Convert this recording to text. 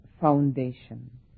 foundation